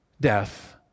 death